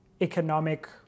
economic